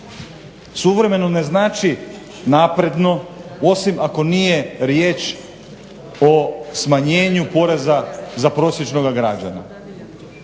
Suvremeno ne znači napredno osim ako nije riječ o smanjenju poreza za prosječnoga građana.